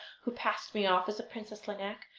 who passed me off as the princess lineik.